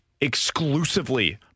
Exclusively